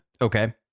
okay